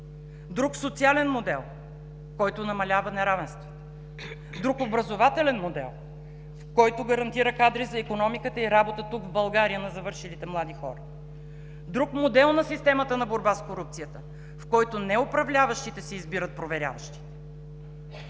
друг социален модел, който намалява неравенствата; друг образователен модел, който гарантира кадри за икономиката и работата тук в България на завършилите млади хора; друг модел на системата на борба с корупцията, в който не управляващите си избират проверяващите.